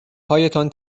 هایتان